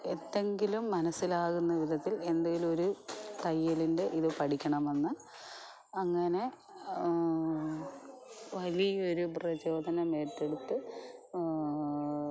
എന്തെങ്കിലും മനസ്സിലാകുന്ന വിധത്തിൽ എന്തേലുമൊരു തയ്യലിൻ്റെ ഇത് പഠിക്കണമെന്ന് അങ്ങനെ വലിയൊരു പ്രചോദനം ഏറ്റെടുത്ത്